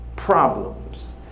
problems